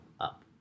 up